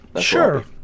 Sure